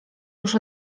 już